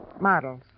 Models